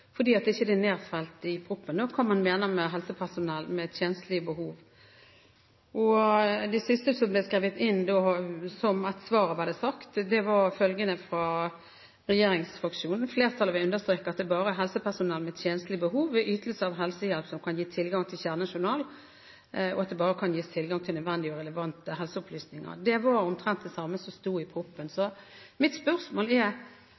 fordi det ikke er nedfelt i proposisjonen – hva man mener med «helsepersonell med tjenstlig behov». Det siste som ble skrevet inn i innstillingen som et svar, ble det sagt, var følgende fra regjeringsfraksjonen: «Flertallet vil understreke at det bare er helsepersonell med tjenstlig behov ved ytelse av helsehjelp som kan gis tilgang til kjernejournalen, og at det bare kan gis tilgang til nødvendige og relevante helseopplysninger.» Det var omtrent det samme som sto i proposisjonen. Mitt spørsmål er: